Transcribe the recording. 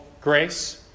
grace